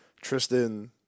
Tristan –